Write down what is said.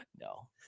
No